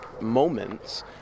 moments